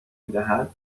میدهد